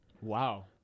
Wow